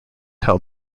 held